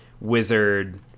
wizard